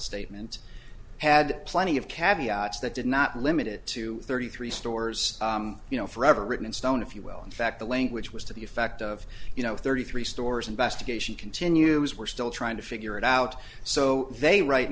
statement had plenty of caviar that did not limit it to thirty three stores you know forever written in stone if you will in fact the language was to the effect of you know thirty three stores investigation continues we're still trying to figure it out so they right